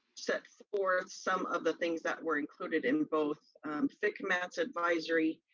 set forth some of the things that were included in both fcmats advisory.